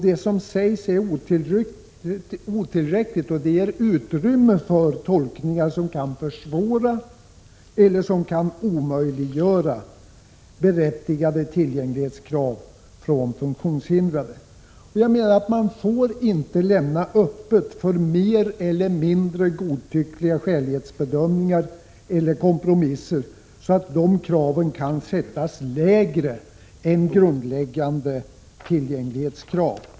Det som sägs är otillräckligt och ger utrymme för tolkningar som kan försvåra eller omöjliggöra att man uppfyller berättigade krav från funktionshindrade på tillgänglighet. Man får inte lämna öppet för mer eller mindre godtyckliga skälighetsbedömningar eller kompromisser, så att kraven på tillgänglighet kan sättas lägre än vad som kan anses grundläggande.